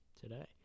today